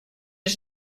ich